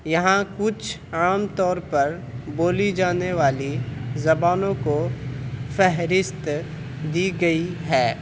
یہاں کچھ عام طور پر بولی جانے والی زبانوں کی فہرست دی گئی ہے